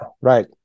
right